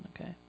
Okay